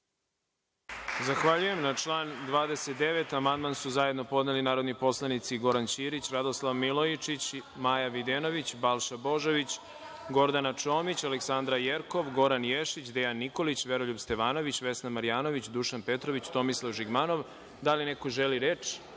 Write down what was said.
Zahvaljujem. Na član 29. amandman su zajedno podneli narodni poslanici Goran Ćirić, Radoslav Milojičić, Maja Videnović, Balša Božović, Gordana Čomić, Aleksandra Jerkov, Goran Ješić, Dejan Nikolić, Veroljub Stevanović, Vesna Marjanović, Dušan Petrović i Tomislav Žigmanov. Da li neko želi reč?